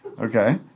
Okay